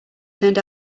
turned